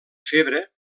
febre